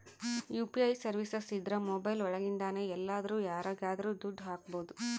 UPI services ಇದ್ರ mobile ಒಳಗಿಂದನೆ ಎಲ್ಲಾದ್ರೂ ಯಾರಿಗಾದ್ರೂ ದುಡ್ಡು ಹಕ್ಬೋದು